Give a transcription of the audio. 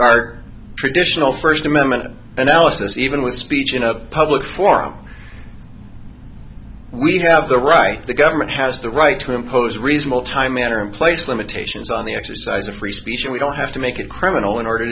our traditional first amendment analysis even with speech in a public form we have the right the government has the right to impose reasonable time manner and place limitations on the exercise of free speech and we don't have to make it criminal in order